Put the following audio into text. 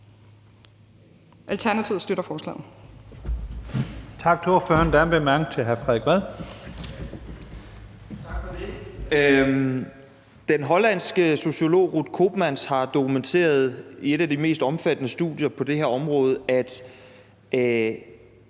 Alternativet støtter forslaget.